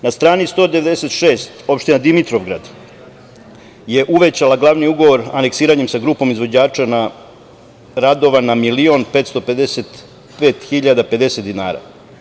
Na strani 196. opština Dimitrovgrad je uvećala glavni ugovor aneksiranjem sa grupom izvođača radova na 1.555.050 dinara.